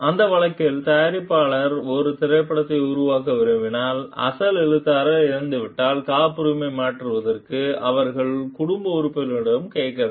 இந்த வழக்கில் தயாரிப்பாளர் ஒரு திரைப்படத்தை உருவாக்க விரும்பினால் அசல் எழுத்தாளர் இறந்துவிட்டால் காப்புரிமையை மாற்றுவதற்கு அவர்கள் குடும்ப உறுப்பினர்களிடம் கேட்க வேண்டும்